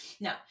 No